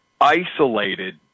isolated